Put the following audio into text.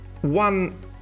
one